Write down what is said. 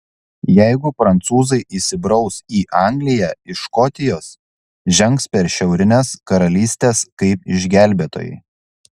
jeigu prancūzai įsibraus į angliją iš škotijos žengs per šiaurines karalystes kaip išgelbėtojai